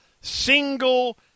single